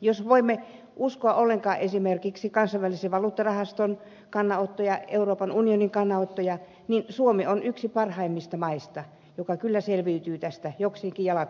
jos voimme uskoa ollenkaan esimerkiksi kansainvälisen valuuttarahaston kannanottoja euroopan unionin kannanottoja niin suomi on yksi parhaimmista maista joka kyllä selviytyy tästä jokseenkin jalat kuivina